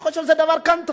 אני חושב שזה דבר קנטרני,